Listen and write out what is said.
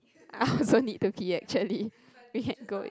I also need to pee actually you can go it